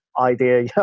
idea